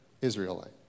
Israelite